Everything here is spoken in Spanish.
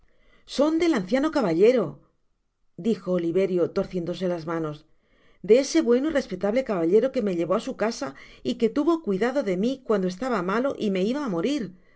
son del anciano caballero dijo oliverio torciéndose las manosde ese bueno y respetable caballero que me llevó á su casa y que tuvo cuidado de mi cuando estaba malo y me iba á morir ah